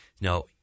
Now